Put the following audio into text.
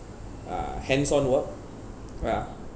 uh hands on work uh